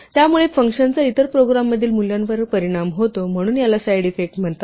त्यामुळे फंक्शनचा इतर प्रोग्राममधील मूल्यावर परिणाम होतो म्हणून याला साइड इफेक्ट म्हणतात